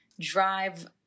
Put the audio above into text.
drive